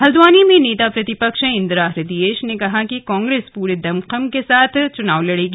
हल्द्वानी में नेता प्रतिपक्ष इंदिरा हृदयेश ने कहा कि कांग्रेस पूरे दमखम के साथ चुनाव लड़ेगी